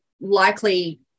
likely